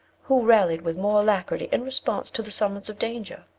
who rallied with more alacrity in response to the summons of danger?